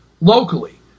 locally